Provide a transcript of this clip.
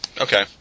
Okay